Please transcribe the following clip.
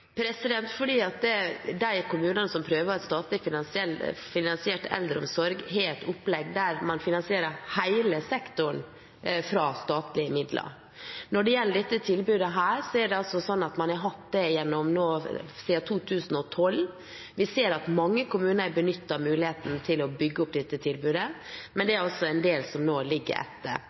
de kommunene som prøver statlig finansiert eldreomsorg, har et opplegg der man finansierer hele sektoren fra statlige midler. Dette tilbudet har man hatt siden 2012. Vi ser at mange kommuner har benyttet muligheten til å bygge opp tilbudet, men det er altså en del som ligger etter.